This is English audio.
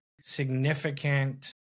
significant